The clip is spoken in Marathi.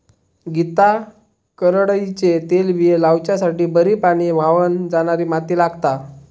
गीता करडईचे तेलबिये लावच्यासाठी बरी पाणी व्हावन जाणारी माती लागता